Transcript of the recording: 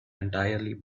entirely